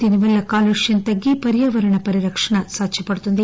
దీని వల్ల కాలుష్యం తగ్గి పర్యావరణ పరిరక్షణ సాధ్యపడుతుంది